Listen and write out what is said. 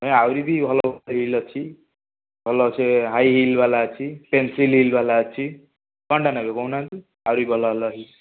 ନାହିଁ ଆହୁରି ବି ଭଲ ଭଲ ହିଲ୍ ଅଛି ଭଲସେ ହାଇ୍ ହିଲ୍ ବାଲା ଅଛି ପେନ୍ସିଲ୍ ହିଲ୍ ବାଲା ଅଛି କ'ଣଟା ନେବେ କହୁନାହାନ୍ତି ଆହୁରି ଭଲ ଭଲ ହିଲ୍